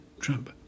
Trump